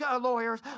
lawyers